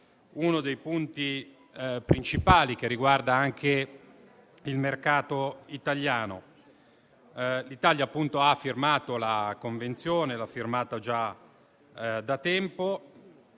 uno dei punti principali che riguarda anche il mercato italiano. L'Italia ha firmato la convenzione già da tempo,